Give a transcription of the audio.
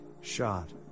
shot